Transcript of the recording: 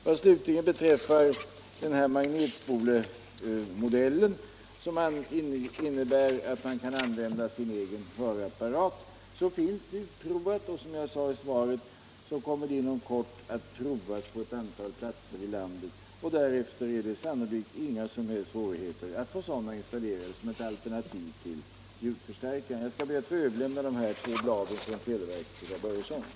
Vad slutligen beträffar magnetspolen som gör det möjligt att använda sin egen hörapparat, så finns en modell utarbetad och den kommer, som jag nämnde i svaret, att prövas på ett antal platser i landet. Därefter är det sannolikt inga som helst svårigheter att få sådana spolar installerade som ett alternativ till ljudförstärkare. Jag ber att få överlämna de nämnda två bladen från televerket till herr Börjesson.